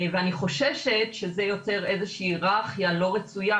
ואני חוששת שזה יותר איזושהי היררכיה לא רצויה